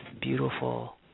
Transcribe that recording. beautiful